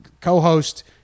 co-host